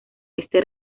este